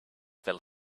fell